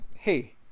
hey